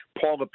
Paul